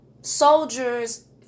soldiers